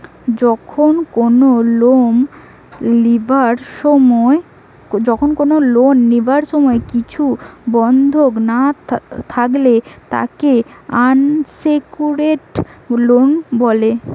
যখন কোনো লোন লিবার সময় কিছু বন্ধক না থাকলে তাকে আনসেক্যুরড লোন বলে